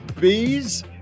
Bees